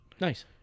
Nice